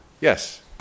Yes